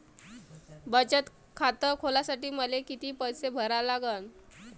बचत खात खोलासाठी मले किती पैसे भरा लागन?